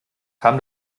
kam